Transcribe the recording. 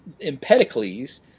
Empedocles